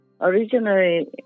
originally